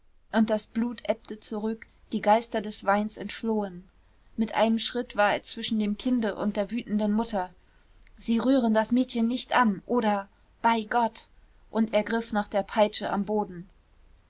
und das blut ebbte zurück die geister des weins entflohen mit einem schritt war er zwischen dem kinde und der wütenden mutter sie rühren das mädchen nicht an oder bei gott und er griff nach der peitsche am boden